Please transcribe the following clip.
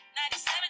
97